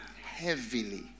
heavily